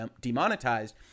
demonetized